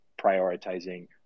prioritizing